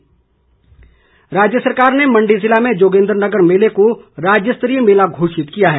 मेला राज्य सरकार ने मण्डी जिले में जोगिंद्रनगर मेले को राज्य स्तरीय मेला घोषित किया है